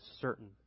certain